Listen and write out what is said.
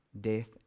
death